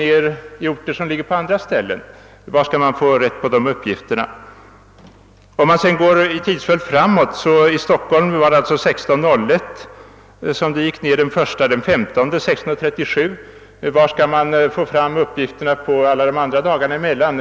Men när gick solen ner på andra ställen, och var skall man få rätt på de uppgifterna? Den 1 februari gick alltså solen ned i Stockholm klockan 16.01. Den 15 februari går den ned klockan 16.37. Var skall man få fram uppgifterna för dagarna däremellan?